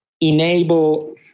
enable